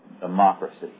democracy